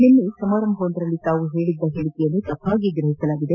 ನಿನ್ನೆ ಸಮಾರಂಭವೊಂದರಲ್ಲಿ ತಾವು ನೀಡಿದ ಹೇಳಿಕೆಯನ್ನು ತಪ್ಪಾಗಿ ಗ್ರಹಿಸಲಾಗಿದೆ